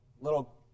little